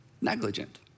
negligent